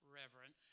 reverend